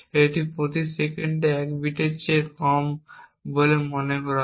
এটি প্রতি সেকেন্ডে 1 বিটের চেয়ে অনেক কম বলে মনে হয়